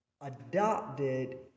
adopted